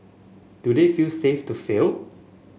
do they feel safe to fail